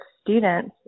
students